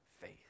faith